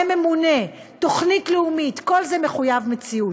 מורה ממונה, תוכנית לאומית, כל זה מחויב מציאות.